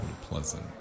pleasant